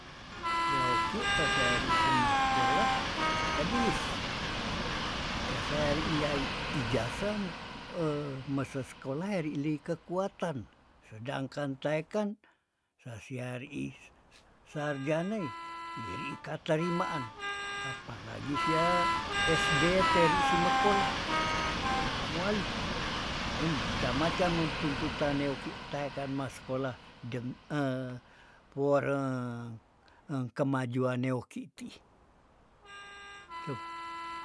Si oki sese eri sime kola pedis sase ari ilai ijasam mese skolah heri li kekuatan sedangkan taekan sasiariih sarjana ee iri ka tarimaan apa lagi sia sd teri simekolah dei mamuali heum macam- macam men tuntutan neoki taekan maskolah dem for engkemajuan neoki tiih.